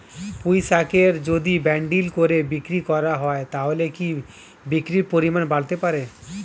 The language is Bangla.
পুঁইশাকের যদি বান্ডিল করে বিক্রি করা হয় তাহলে কি বিক্রির পরিমাণ বাড়তে পারে?